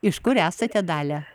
iš kur esate dalia